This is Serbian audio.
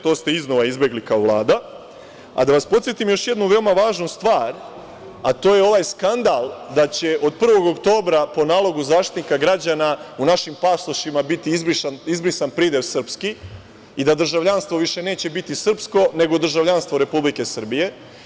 To ste iznova izbegli kao Vlada, a podsetio bih vas na jednu veoma važnu stvar, a to je ovaj skandal da će od 01. oktobra, po nalogu Zaštitnika građana, u našim pasošima biti izbrisan pridev „srpski“ i da državljanstvo više neće bit srpsko, nego državljanstvo Republike Srbije.